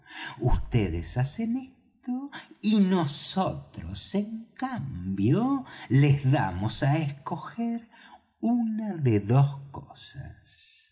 vds hacen esto y nosotros en cambio les damos á escoger una de dos cosas